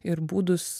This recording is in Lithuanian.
ir būdus